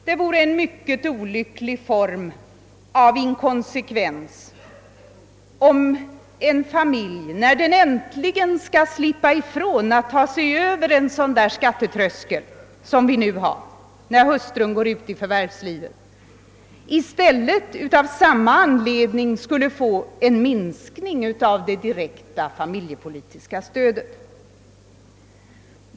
Det vore en mycket olycklig form av inkonsekvens, om en familj, när den äntligen skall slippa ifrån att ta sig över en sådan där skattetröskel som vi nu har när hustrun går ut i förvärvslivet, i stället av samma anledning skulle få en minskning av det direkta familjepolitiska stödet.